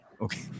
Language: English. Okay